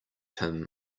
him